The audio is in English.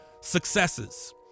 successes